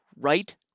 right